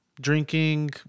Drinking